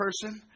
person